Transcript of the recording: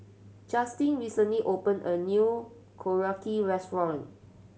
Justen recently opened a new Korokke Restaurant